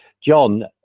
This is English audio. john